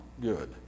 good